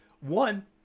one